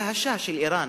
היה השאה של אירן.